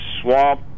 swamp